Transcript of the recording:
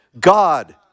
God